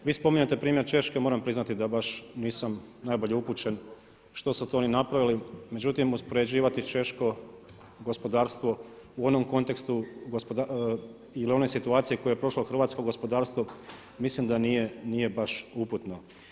Vi spominjete primjer Češke, moram priznati da baš nisam najbolje upućen što su to oni napravili, međutim uspoređivati češko gospodarstvo u onom kontekstu ili onoj situaciji koju je prošlo hrvatsko gospodarstvo mislim da nije baš uputno.